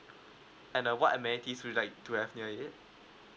and a what amenities would you like to have near it